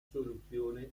soluzione